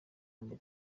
mubiri